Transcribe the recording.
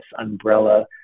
umbrella